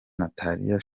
natalia